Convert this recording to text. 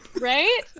Right